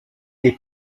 des